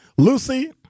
Lucy